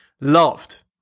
loved